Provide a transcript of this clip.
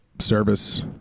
service